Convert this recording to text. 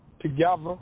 together